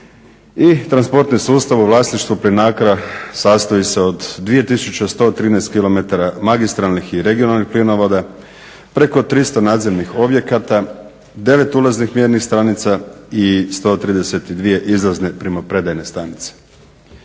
i transportni sustav u vlasništvu PLINACRO-a sastoji se od 2113 kilometara magistralnih i regionalnih plinovoda, preko 300 nadzemnih objekata, 9 ulaznih, mjernih stanica i 132 izlazne, primopredajne stanice.